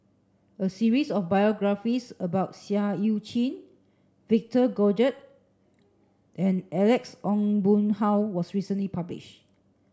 a series of biographies about Seah Eu Chin Victor Doggett and Alex Ong Boon Hau was recently publish